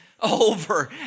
Over